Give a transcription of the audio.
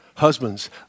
Husbands